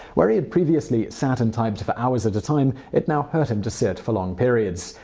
where he had previously sat and typed for hours at a time, it now hurt him to sit for long periods.